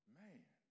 man